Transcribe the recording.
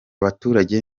baturage